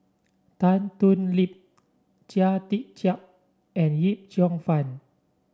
Tan Thoon Lip Chia Tee Chiak and Yip Cheong Fun